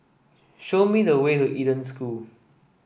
show me the way to Eden School